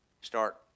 start